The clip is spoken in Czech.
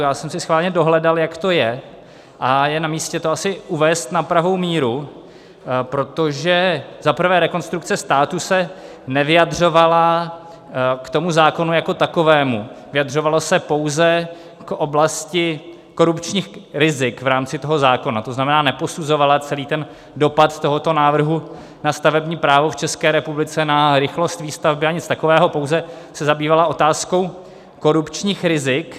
Já jsem si schválně dohledal, jak to je, a je namístě to asi uvést na pravou míru, protože, za prvé, Rekonstrukce státu se nevyjadřovala k tomu zákonu jako takovému, vyjadřovala se pouze k oblasti korupčních rizik v rámci toho zákona, to znamená, neposuzovala celý dopad tohoto návrhu na stavební právo v České republice, na rychlost výstavby a nic takového, pouze se zabývala otázkou korupčních rizik.